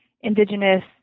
indigenous